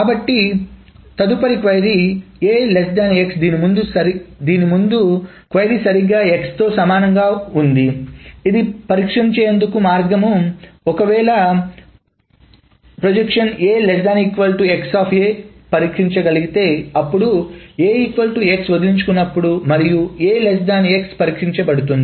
కాబట్టి తదుపరి క్వారీ A x దీని ముందు క్వారీ సరిగ్గా x తో సమానంగా ఉంది ఇది పరిష్కరించేందుకు మార్గం ఒకవేళ పరిష్కరించ గలిగితే అప్పుడు వదిలించుకున్నప్పుడు మరియు పరిష్కరించ బడుతుంది